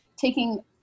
taking